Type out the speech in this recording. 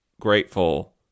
grateful